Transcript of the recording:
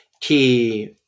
key